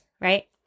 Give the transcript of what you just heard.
right